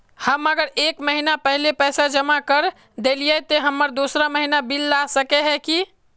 हम अगर एक महीना पहले पैसा जमा कर देलिये ते हम दोसर महीना बिल ला सके है की?